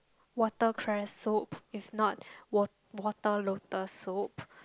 watercress soup if not wat~ water lotus soup